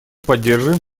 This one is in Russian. поддерживаем